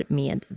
med